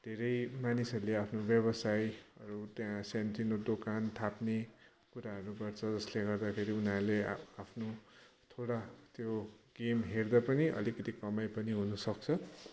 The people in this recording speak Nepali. धेरै मानिसहरूले आफ्नो व्यवसायहरू त्यहाँ सानो तिनो दोकान थाप्ने कुराहरू गर्छ जसले गर्दाखेरि उनीहरूले आफ्नो थोडा त्यो गेम हेर्दा पनि अलिकति कमाई पनि हुन सक्छ